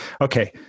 Okay